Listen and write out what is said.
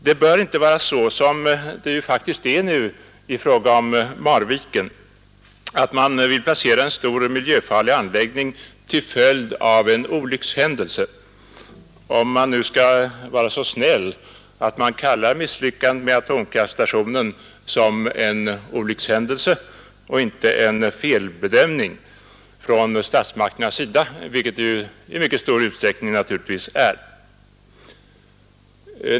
Det bör inte vara så, som det faktiskt är nu i fråga om Marviken, att man planerar en stor, miljöfarlig anläggning till följd av en olyckshändelse — om jag skall vara så snäll att jag kallar misslyckandet med atomkraftstationen en olyckshändelse och inte en felbedömning av statsmakterna, vilket det naturligtvis i mycket stor utsträckning är.